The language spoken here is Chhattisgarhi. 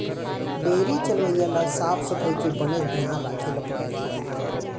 डेयरी चलवइया ल साफ सफई के बनेच धियान राखे ल परथे